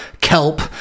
kelp